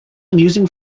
amusing